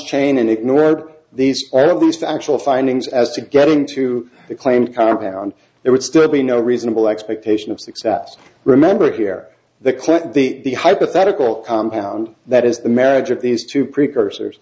chain and ignored these are of those factual findings as to get into the claim compound there would still be no reasonable expectation of success remember here the client the hypothetical compound that is the marriage of these two precursors